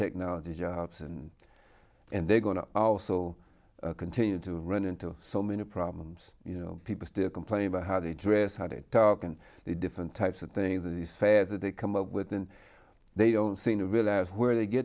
technology jobs and and they're going to also continue to run into so many problems you know people still complain about how they dress how to talk and the different types of things and these fairs that they come up with and they don't seem to realize where they get